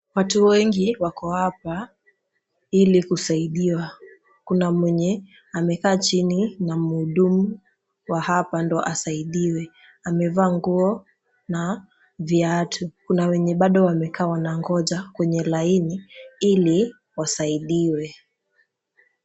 Watu wengi wako hapa Ili kusaidiwa. Kuna mwenye amekaa chini na muudumu wa hapa ndio asaidiwe. Amevaa nguo na viatu. Kuna wenye bado wamekaa wanan'goja kwenye laini ili wasidiwe.